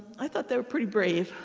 i thought they were pretty brave.